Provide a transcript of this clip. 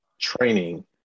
training